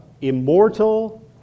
immortal